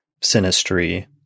sinistry